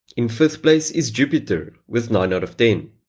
in fifth place is jupiter with nine sort of ten.